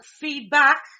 feedback